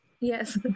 Yes